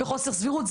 בחוסר סבירות.